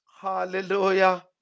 Hallelujah